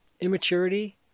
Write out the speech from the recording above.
immaturity